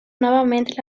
novament